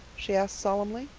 she asked solemnly.